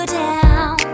down